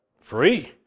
free